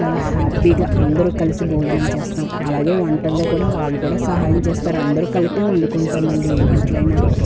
చాలా హ్యాపీగా అందరూ కలిసి భోజనం చేస్తాం అలాగే వంటల్లో కూడా వాళ్ళు కూడా సహాయం చేస్తారు అందరూ కలిపి వండుకుంటామండి ఏ వంటలైన